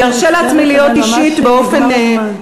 אני מצטערת, אבל ממש נגמר הזמן.